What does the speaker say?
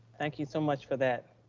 thank you so much for that.